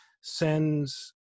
sends